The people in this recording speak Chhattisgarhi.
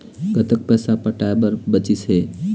कतक पैसा पटाए बर बचीस हे?